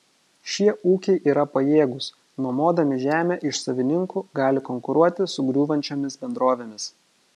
šie ūkiai yra pajėgūs nuomodami žemę iš savininkų gali konkuruoti su griūvančiomis bendrovėmis